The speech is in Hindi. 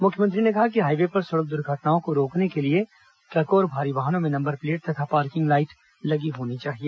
मुख्यमंत्री ने कहा कि हाईवे पर सड़क दुर्घटनाओं को रोकने के लिए ट्रकों और भारी वाहनों में नंबर प्लेट तथा पार्किंग लाइट लगी होनी चाहिए